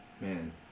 Man